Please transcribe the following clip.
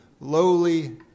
lowly